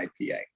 IPA